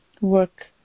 work